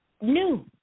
new